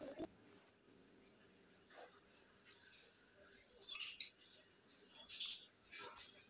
ప్రవేశ కౌన్సెలింగ్ అంటే ఏమిటి?